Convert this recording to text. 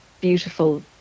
beautiful